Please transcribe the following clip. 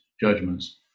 judgments